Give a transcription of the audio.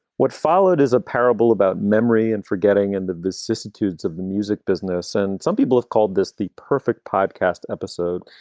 what followed is a parable about memory and forgetting and the vicissitudes of the music business and some people have called this the perfect podcast episode.